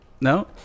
No